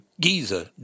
Giza